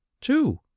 Two